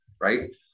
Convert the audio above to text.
right